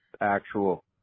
actual